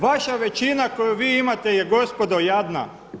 Vaša većina koju vi imate je gospodo jadna!